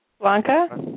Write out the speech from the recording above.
Blanca